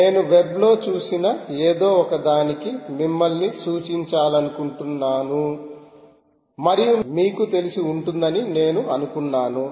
నేను వెబ్లో చూసిన ఏదో ఒకదానికి మిమ్మల్ని సూచించాలనుకుంటున్నాను మరియు మీకు తెలిసి ఉంటుందని నేను అనుకున్నాను